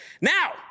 Now